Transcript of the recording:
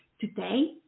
today